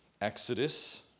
Exodus